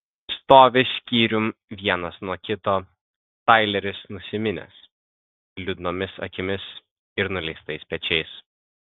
stovi skyrium vienas nuo kito taileris nusiminęs liūdnomis akimis ir nuleistais pečiais